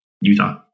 Utah